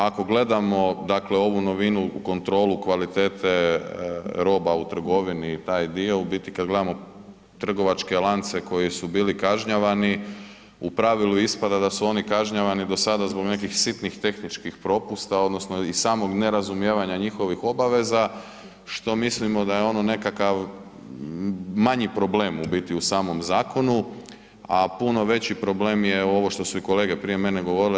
Ako gledamo ovu novinu u kontrolu kvalitete roba u trgovini i taj dio u biti kada gledamo trgovačke lance koji su bili kažnjavani u pravilu ispada da su oni kažnjavani do sada zbog nekih sitnih tehničkih propusta odnosno iz samog nerazumijevanja njihovih obaveza što mislimo da je nekakav manji problem u samom zakonu, a puno veći problem je ovo što su i kolege prije mene govorile.